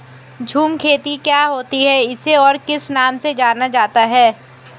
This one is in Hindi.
झूम खेती क्या होती है इसे और किस नाम से जाना जाता है?